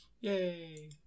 yay